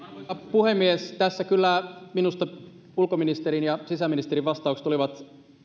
puhemies tässä kyllä minusta ulkoministerin ja sisäministerin vastaukset olivat